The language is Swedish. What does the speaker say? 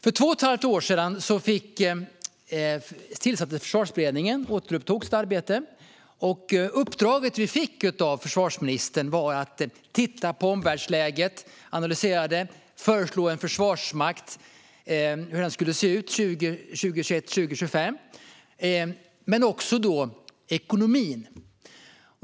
För två och ett halvt år sedan återupptogs Försvarsberedningens arbete. Uppdraget vi fick av försvarsministern var att titta på och analysera omvärldsläget och föreslå hur en försvarsmakt ska se ut 2021-2025. Men det gällde också ekonomin.